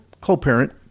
co-parent